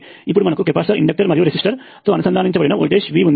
ఇప్పుడు మనకు capacitor inductor మరియు రెసిస్టర్ తో అనుసంధానించబడిన వోల్టేజ్ V ఉంది